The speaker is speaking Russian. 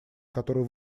который